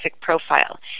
profile